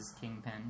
Kingpin